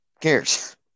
cares